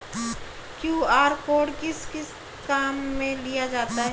QR code किस किस काम में लिया जाता है?